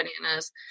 bananas